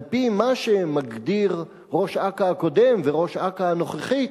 על-פי מה שמגדיר ראש אכ"א הקודם וראש אכ"א הנוכחית,